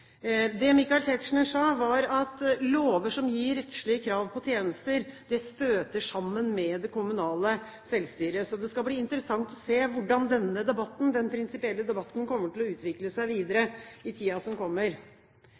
Det Michael Tetzschner sa, var at lover som gir rettslige krav til tjenester, støter sammen med det kommunale selvstyret. Så det skal bli interessant å se hvordan denne prinsipielle debatten kommer til å utvikle seg videre i tiden som kommer.